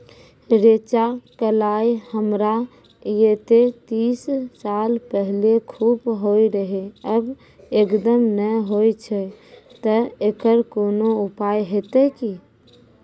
रेचा, कलाय हमरा येते तीस साल पहले खूब होय रहें, अब एकदम नैय होय छैय तऽ एकरऽ कोनो उपाय हेते कि?